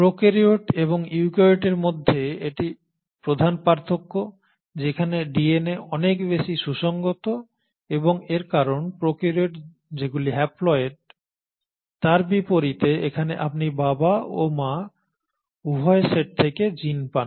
prokaryote এবং ইউক্যারিওটের মধ্যে এটি প্রধান পার্থক্য যেখানে ডিএনএ অনেক বেশি সুসংগত এবং এর কারণ প্রোক্যারিওট যেগুলি হ্যাপ্লয়েড তার বিপরীতে এখানে আপনি বাবা ও মা উভয় সেট থেকে জিন পান